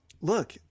look